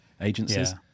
agencies